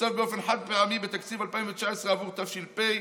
תוקצב באופן חד-פעמי בתקציב 2019 בעבור תש"ף.